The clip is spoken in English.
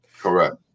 Correct